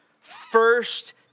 first